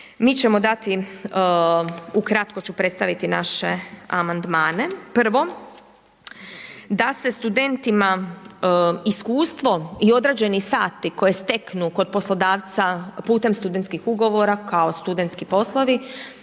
mi ćemo dati ukratko ću predstaviti naše amandmane. Prvo, da se studentima iskustvo i odrađeni sati koje steknu kod poslodavca putem studentskih ugovora kao studentski poslovi